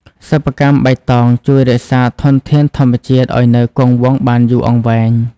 សិប្បកម្មបៃតងជួយរក្សាធនធានធម្មជាតិឱ្យនៅគង់វង្សបានយូរអង្វែង។